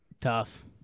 Tough